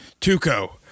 Tuco